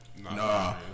Nah